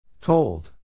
Told